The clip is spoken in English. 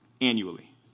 annually